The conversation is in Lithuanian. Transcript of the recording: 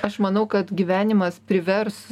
aš manau kad gyvenimas privers